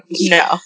no